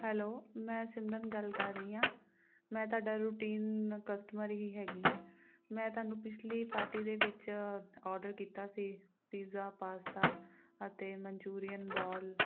hello ਮੈਂ ਸਿਮਰਨ ਗੱਲ ਕਰ ਰਹੀ ਹਾਂ ਮੈਂ ਤੁਹਾਡਾ ਰੂਟੀਨ ਕਸਟਮਰ ਹੀ ਹੈਗੀ ਹੈ ਮੈਂ ਤੁਹਾਨੂੰ ਪਿਛਲੀ ਪਾਰਟੀ ਦੇ ਵਿੱਚ ਔਡਰ ਕੀਤਾ ਸੀ ਪੀਜ਼ਾ ਪਾਸਤਾ ਅਤੇ ਮਨਚੂਰੀਅਨ ਬੋਲ